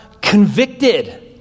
convicted